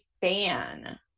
fan